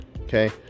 Okay